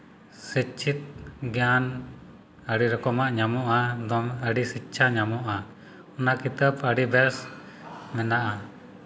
ᱥᱤᱫᱪᱷᱤᱛ ᱜᱮᱭᱟᱱ ᱟᱹᱰᱤ ᱨᱚᱠᱚᱢᱟᱜ ᱧᱟᱢᱚᱜᱼᱟ ᱫᱚᱢ ᱟᱹᱰᱤ ᱥᱤᱠᱷᱪᱷᱟ ᱧᱟᱢᱚᱜᱼᱟ ᱚᱱᱟ ᱠᱤᱛᱟᱹᱵ ᱟᱹᱰᱤ ᱵᱮᱥ ᱢᱮᱱᱟᱜᱼᱟ